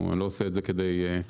אני לא עושה את זה כדי להפחיד,